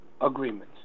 agreements